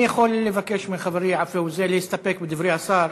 אני יכול לבקש מחברי עפו להסתפק בדברי השר,